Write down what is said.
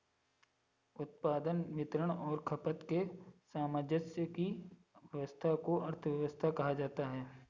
उत्पादन, वितरण और खपत के सामंजस्य की व्यस्वस्था को अर्थव्यवस्था कहा जाता है